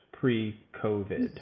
Pre-COVID